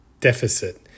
deficit